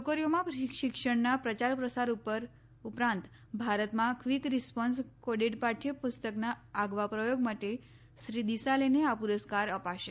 છોકરીઓમાં શિક્ષણના પ્રચાર પ્રસાર ઉપરાંત ભારતમાં ક્વીક રિસ્પોન્સ કોડેડ પાઠ્ય પુસ્તકના આગવા પ્રયોગ માટે શ્રી દિસાલેને આ પુરસ્કાર અપાશે